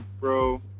bro